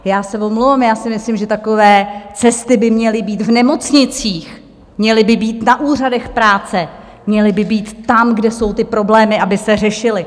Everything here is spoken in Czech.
Já se omlouvám, já si myslím, že takové cesty by měly být v nemocnicích, měly by být na úřadech práce, měly by být tam, kde jsou ty problémy, aby se řešily.